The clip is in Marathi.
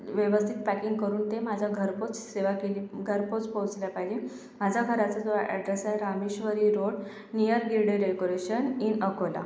व्यवस्थित पॅकिंग करून ते माझ्या घरपोच सेवा केली घरपोच पोचल्या पाहिजे माझा घराचा जो ॲड्रेस आहे Rameshwari road near Girde decoration in Akola